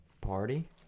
Party